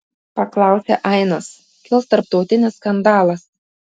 paklausė ainas kils tarptautinis skandalas